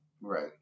Right